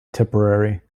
tipperary